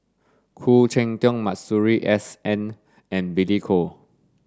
Khoo Cheng Tiong Masuri S N and Billy Koh